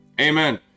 Amen